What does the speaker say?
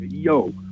Yo